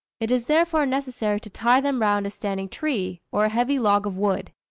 it is therefore necessary to tie them round a standing tree, or a heavy log of wood.